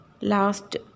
Last